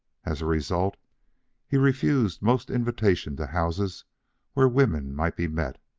as a result he refused most invitations to houses where women might be met,